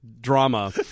drama